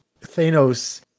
Thanos